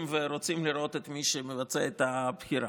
ורוצים לראות כמי שמבצע את הבחירה.